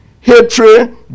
hatred